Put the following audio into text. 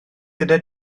gyda